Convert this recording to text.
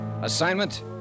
Assignment